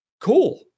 cool